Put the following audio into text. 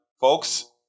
folks